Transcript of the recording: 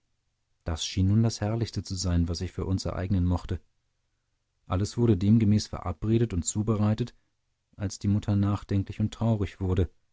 das schien nun das herrlichste zu sein was sich für uns ereignen mochte alles wurde demgemäß verabredet und zubereitet als die mutter nachdenklich und traurig wurde